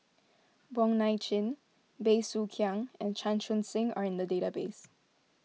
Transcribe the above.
Wong Nai Chin Bey Soo Khiang and Chan Chun Sing are in the database